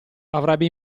avrebbe